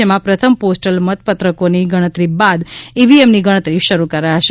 જેમાં પ્રથમ પોસ્ટલ મત પત્રકોની ગણતરી બાદ ઈવીએમની ગણતરી શરૂ કરાશે